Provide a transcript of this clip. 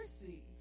mercy